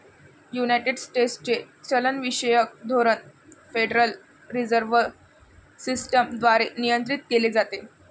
United स्टेट्सचे चलनविषयक धोरण फेडरल रिझर्व्ह सिस्टम द्वारे नियंत्रित केले जाते